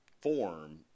form